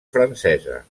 francesa